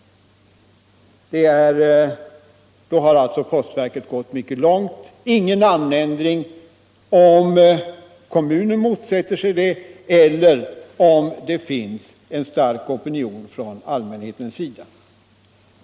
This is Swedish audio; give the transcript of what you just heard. Då har alltså postverket gått mycket långt: Ingen namnändring om kommunen motsätter sig den eller om det finns en stark opinion från allmänhetens sida.